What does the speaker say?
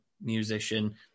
musician